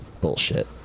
Bullshit